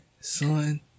Son